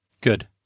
Good